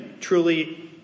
truly